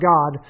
God